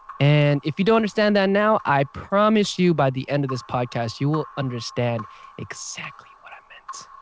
and if you don't understand that now, i promise you by the end of this podcast, you will understand exactly what i meant.